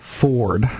Ford